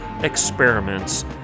experiments